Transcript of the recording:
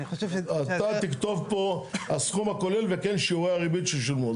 אני חושב --- אתה תכתוב פה הסכום הכולל וכן שיעורי הריבית ששולמו.